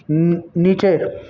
नीचे